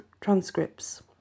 transcripts